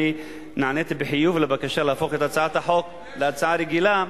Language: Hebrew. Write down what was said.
אני נעניתי בחיוב לבקשה להפוך את הצעת החוק להצעה רגילה,